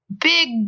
big